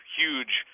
huge